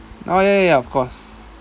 oh ya ya ya of course